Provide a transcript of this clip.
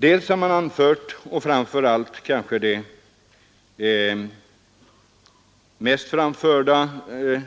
Dels har man anfört — och det är kanske det mest anförda